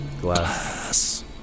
Glass